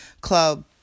Club